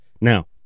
Now